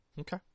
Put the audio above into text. Okay